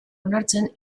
onartzen